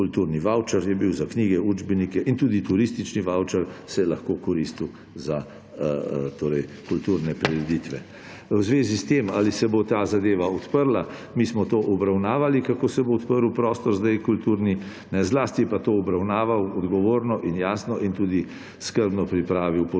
kulturni vavčer je bil za knjige, učbenike in tudi turistični vavčer se je lahko koristil za kulturne prireditve. V zvezi s tem, ali se bo ta zadeva odprla, mi smo to obravnavali, kako se bo sedaj odprl prostor kulturni, zlasti pa je to obravnaval odgovorno in jasno in tudi skrbno pripravil poročilo